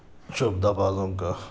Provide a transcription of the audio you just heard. شعبدہ بازوں کا